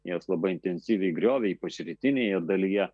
jas labai intensyviai griovė ypač rytinėje dalyje